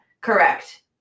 correct